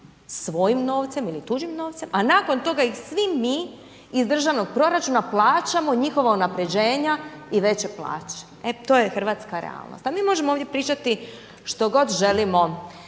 svojim novcem ili tuđim novcem a nakon toga ih svi mi iz državnog proračuna plaćamo njihova unaprjeđenja i veće plaće. Eto to je hrvatska realnost. A mi možemo ovdje pričati što god želimo,